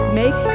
make